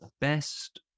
Best